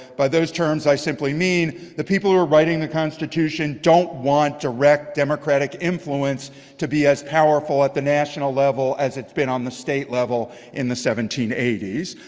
by those terms i simply mean the people who are writing the constitution don't want direct democratic influence to be as powerful at the national level as it's been on the state level in the seventeen eighty s.